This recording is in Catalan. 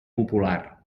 popular